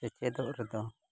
ᱥᱮᱪᱮᱫᱚᱜ ᱨᱮᱫᱚ